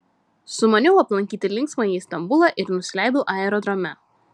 sumaniau aplankyti linksmąjį istambulą ir nusileidau aerodrome